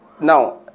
Now